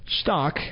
stock